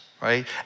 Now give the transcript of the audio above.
right